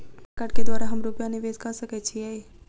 आधार कार्ड केँ द्वारा हम रूपया निवेश कऽ सकैत छीयै?